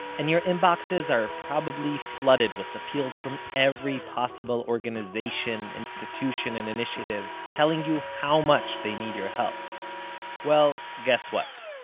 and your inboxes are probably flooded with appeals from every possible organization, institution and initiative telling you how much they need your help well, guess what?